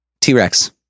T-Rex